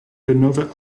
denove